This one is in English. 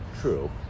True